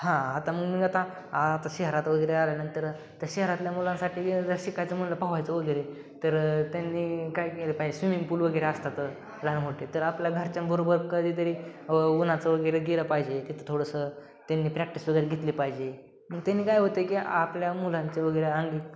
हां आता मग मग आता आता शहरात वगैरे आल्यानंतर तर शहरातल्या मुलांसाठी जर शिकायचं म्हणलं पोहायचं वगैरे तर त्यांनी काय केलं पाहिजे स्विमिंग पूल वगैरे असतात लहान मोठे तर आपल्या घरच्यांबरोबर कधीतरी उन्हाचं वगैरे गेलं पाहिजे तिथं थोडंसं त्यांनी प्रॅक्टिस वगैरे घेतली पाहिजे मग त्यांनी काय होतं की आपल्या मुलांचे वगैरे अंगी